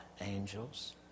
angels